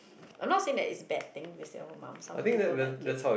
I'm not saying that is bad thing to be stay at home mum some people like it